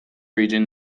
region